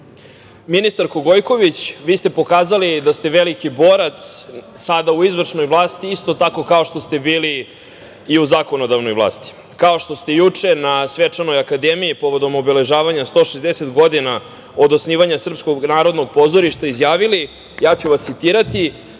značaja. Ministarko Gojković, vi ste pokazali da ste veliki borac sada u izvršnoj vlasti, isto tako kao što ste bili i u zakonodavnoj vlasti. Kao što ste juče na svečanoj akademiji povodom obeležavanja 160 godina od osnivanja Srpskog narodnog pozorišta izjavili, citiraću